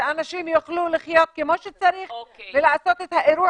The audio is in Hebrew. שאנשים יוכלו לחיות כמו שצריך ולעשות את האירוע